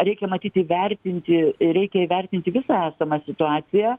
reikia matyt įvertinti reikia įvertinti visą esamą situaciją